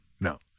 No